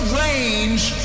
range